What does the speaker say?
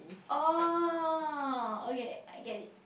oh okay I get it